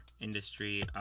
industry